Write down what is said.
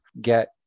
get